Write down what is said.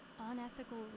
unethical